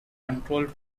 control